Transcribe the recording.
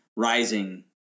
Rising